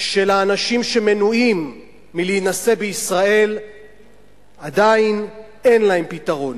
של האנשים שמנועים מלהינשא בישראל עדיין אין להם פתרון,